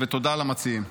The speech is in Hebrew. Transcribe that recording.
תודה למציעים.